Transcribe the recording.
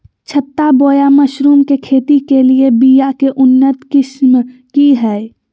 छत्ता बोया मशरूम के खेती के लिए बिया के उन्नत किस्म की हैं?